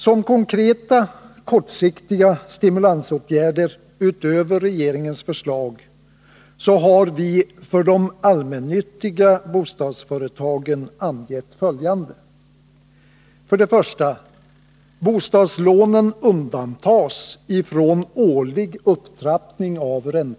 Som konkreta kortsiktiga stimulansåtgärder utöver regeringens förslag har 119 | allmännyttan.